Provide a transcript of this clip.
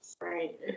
Right